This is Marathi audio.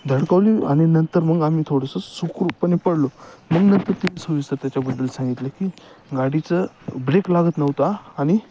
धडकवली आणि नंतर मग आम्ही थोडंसं सुखरूपपणे पडलो मग नंतर त्यानी सविस्तर त्याच्याबद्दल सांगितलं की गाडीचं ब्रेक लागत नव्हता आणि